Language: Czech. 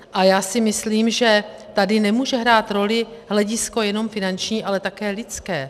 A já si myslím, že tady nemůže hrát roli hledisko jenom finanční, ale také lidské.